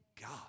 God